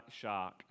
shark